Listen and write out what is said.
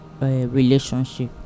relationship